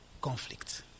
conflict